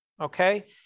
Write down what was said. okay